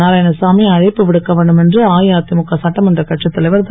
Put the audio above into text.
நாராயணசாமி அழைப்பு விடுக்க வேண்டும் என்று அஇஅதிமுக சட்டமன்றக் கட்சித் தலைவர் திரு